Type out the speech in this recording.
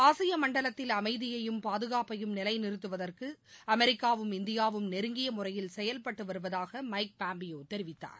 ஆசிய மண்டலத்தில் அமைதியையும் பாதுகாப்பையும் நிலை நிறுத்துவதற்கு அமெரிக்காவும் இந்தியாவும் நெருங்கிய முறையில் செயல்பட்டு வருவதாக மைக் பாம்பியோ தெரிவித்தார்